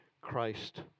Christ